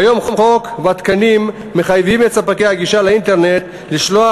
כיום החוק והתקנים מחייבים את ספקי הגישה לאינטרנט לשלוח